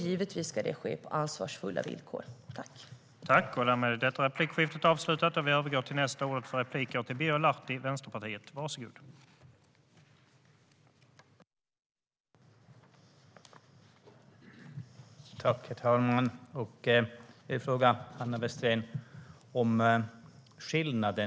Givetvis ska detta ske på ansvarsfulla villkor.